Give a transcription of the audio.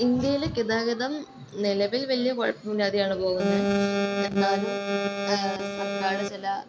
ഇന്ത്യയിൽ ഗതാഗതം നിലവിൽ വലിയ കുഴപ്പമില്ലാതെയാണ് പോകുന്നത് എന്നാലും സർക്കാർ ചില